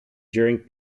during